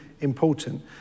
important